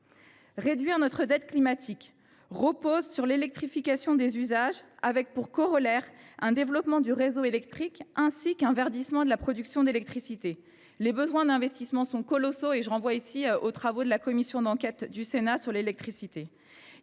Réduire notre dette climatique repose sur l’électrification des usages, avec pour corollaire un développement du réseau électrique et un verdissement de la production d’électricité. Les besoins d’investissement sont colossaux : je vous renvoie aux travaux de la commission d’enquête du Sénat portant